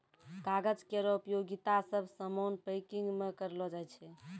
कागज केरो उपयोगिता सब सामान पैकिंग म करलो जाय छै